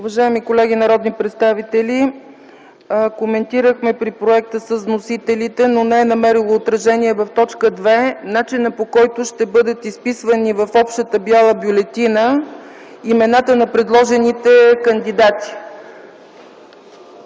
Уважаеми колеги народни представители, коментирахме при проекта с вносителите, но не е намерил отражение в т. 2 начинът, по който ще бъдат изписвани в общата бяла бюлетина имената на предложените кандидати.